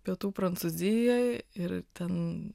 pietų prancūzijoj ir ten